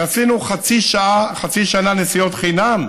ועשינו חצי שנה נסיעות חינם,